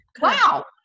Wow